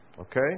Okay